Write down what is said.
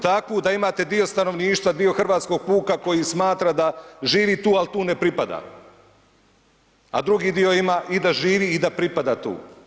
Takvu da imate dio stanovništva, dio hrvatskog puka koji smatra da živi tu, al tu ne pripada, a drugi dio ima i da živi i da pripada tu.